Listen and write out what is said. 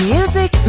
Music